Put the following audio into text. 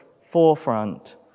forefront